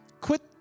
Quit